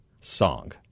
song